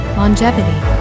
longevity